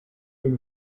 been